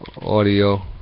audio